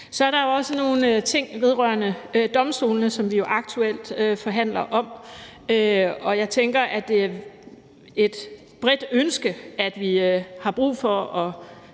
Så er der også nogle ting vedrørende domstolene, som vi jo aktuelt forhandler om, og jeg tænker, at det er et bredt ønske, at vi har brug for at